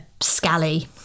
scally